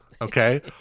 okay